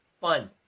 fun